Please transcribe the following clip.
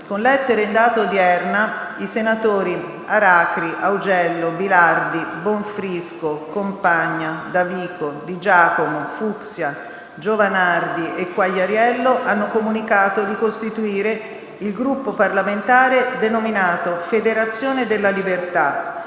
Con lettera in data odierna i senatori Aracri, Augello, Bilardi, Bonfrisco, Compagna, Davico, Di Giacomo, Fucksia, Giovanardi e Quagliariello hanno comunicato di costituire il Gruppo parlamentare denominato Federazione della Libertà